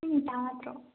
ꯁꯤ ꯅꯤꯇꯥ ꯅꯠꯇ꯭ꯔꯣ